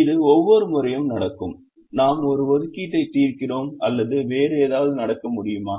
இது ஒவ்வொரு முறையும் நடக்கும் நாம் ஒரு ஒதுக்கீட்டை தீர்க்கிறோம் அல்லது வேறு ஏதாவது நடக்க முடியுமா